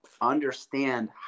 understand